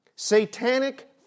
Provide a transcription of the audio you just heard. Satanic